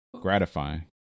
gratifying